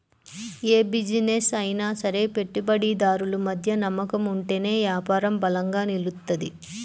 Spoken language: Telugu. యే బిజినెస్ అయినా సరే పెట్టుబడిదారులు మధ్య నమ్మకం ఉంటేనే యాపారం బలంగా నిలుత్తది